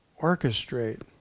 orchestrate